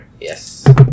Yes